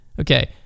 Okay